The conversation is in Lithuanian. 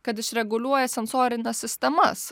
kad išreguliuoja sensorines sistemas